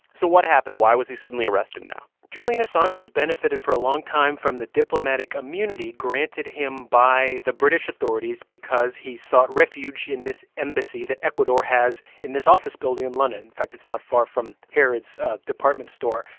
so what happened? why was he suddenly arrested now? julian assange has benefited for a long time from the diplomatic immunity granted him by the british authorities because he sought refuge in this embassy that ecuador has in this office building in london. in fact, it's not far from harrods department store.